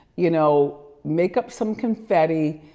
you know make up some confetti,